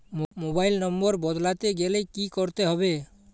Mobile number বদলাতে গেলে কি করতে হবে?